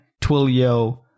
Twilio